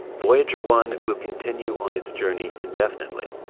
voyager one will continue on it's journey indefinitely,